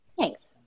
Thanks